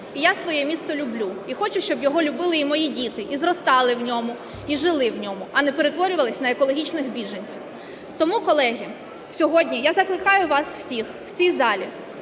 І я своє місто люблю. І хочу, щоб його любили і мої діти, і зростали в ньому, і жили в ньому, а не перетворювались на екологічних біженців. Тому, колеги, сьогодні я закликаю вас всіх в цій залі